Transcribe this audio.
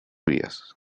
vías